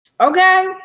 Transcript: Okay